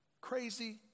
crazy